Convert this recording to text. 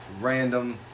random